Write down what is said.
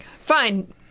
Fine